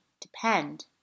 depend